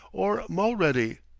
or mulready.